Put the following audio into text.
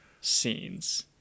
scenes